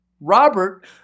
Robert